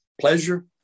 pleasure